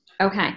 Okay